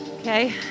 okay